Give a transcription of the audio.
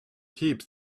heaps